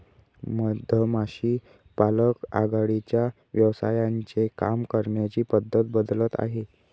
मधमाशी पालक आघाडीच्या व्यवसायांचे काम करण्याची पद्धत बदलत आहे